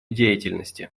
деятельности